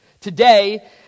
Today